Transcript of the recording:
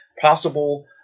possible